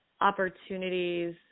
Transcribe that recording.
opportunities